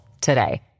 today